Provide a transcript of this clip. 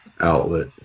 outlet